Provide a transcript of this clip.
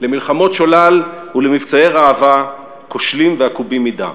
למלחמות שולל ולמבצעי ראווה כושלים ועקובים מדם.